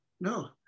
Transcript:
no